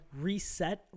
reset